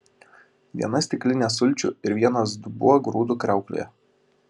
viena stiklinė sulčių ir vienas dubuo grūdų kriauklėje